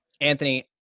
Anthony